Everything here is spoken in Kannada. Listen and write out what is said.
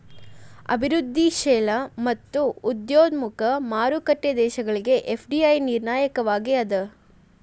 ಅಭಿವೃದ್ಧಿಶೇಲ ಮತ್ತ ಉದಯೋನ್ಮುಖ ಮಾರುಕಟ್ಟಿ ದೇಶಗಳಿಗೆ ಎಫ್.ಡಿ.ಐ ನಿರ್ಣಾಯಕವಾಗಿ ಅದ